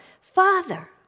Father